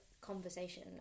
conversation